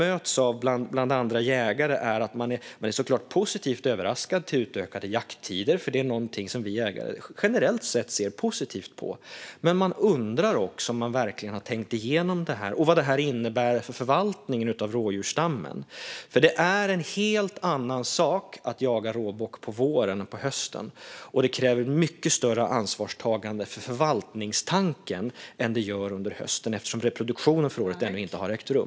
Det jag möter bland andra jägare är att de är positivt överraskade när det gäller utökade jakttider - det är något som vi jägare generellt ser positivt på. Men de undrar också om man verkligen har tänkt igenom detta och vad det innebär för förvaltningen av rådjursstammen. Det är nämligen en helt annan sak att jaga råbock på våren än att jaga råbock på hösten. På våren kräver det mycket större ansvarstagande i fråga om förvaltningstanken än det gör under hösten, eftersom reproduktionen för året ännu inte har ägt rum.